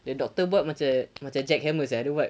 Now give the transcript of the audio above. then doctor buat macam macam jackhammer sia don't know [what]